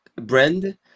brand